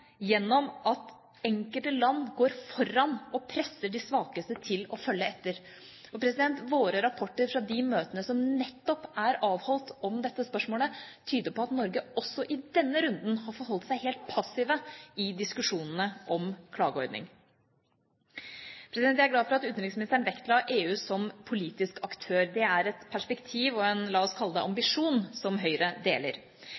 gjennom at enkelte land går foran og presser de svakeste til å følge etter. Og våre rapporter fra de møtene som nettopp er avholdt om dette spørsmålet, tyder på at Norge også i denne runden har forholdt seg helt passive i diskusjonene om klageordning. Jeg er glad for at utenriksministeren vektla EU som politisk aktør. Det er et perspektiv og en – la oss kalle det – ambisjon som Høyre deler.